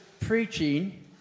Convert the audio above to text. preaching